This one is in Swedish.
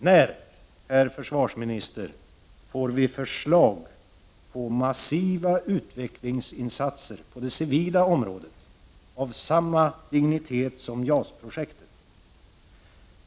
När, herr försvarsminister, får vi förslag på massiva utvecklingsinsatser på det civila området av samma dignitet som JAS-projektet?